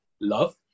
love